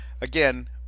again